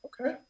okay